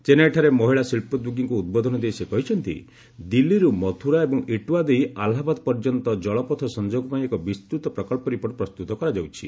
ଚେନ୍ନାଇଠାରେ ମହିଳା ଶିଚ୍ଛୋଦ୍ୟୋଗୀଙ୍କୁ ଉଦ୍ବୋଧନ ଦେଇ ସେ କହିଛନ୍ତି ଦିଲ୍ଲୀରୁ ମଥୁରା ଏବଂ ଇଟାୱା ଦେଇ ଆଲ୍ଲାହାବାଦ ପର୍ଯ୍ୟନ୍ତ ଜଳପଥ ସଂଯୋଗ ପାଇଁ ଏକ ବିସ୍ତୃତ ପ୍ରକଳ୍ପ ରିପୋର୍ଟ ପ୍ରସ୍ତୁତ କରାଯାଉଛି